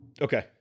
Okay